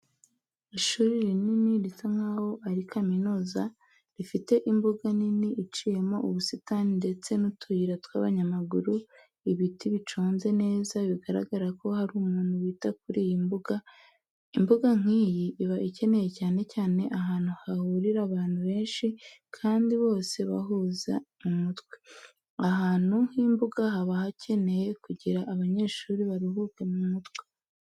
Ishuri rinini risa nkaho ari kaminuza rifite imbuga nini iciyemo ubusitani ndetse n'utuyira tw'abanyamaguru, ibiti biconze neza bigaragara ko hari umuntu wita kuri iyi mbuga, imbuga nk'iyi iba ikenewe cyane cyane ahantu hahurira abantu benshi kandi bose bahuze mu mutwe, ahantu h'imbuga haba hakenewe kugira abanyeshuri baruhuke mu mutwe.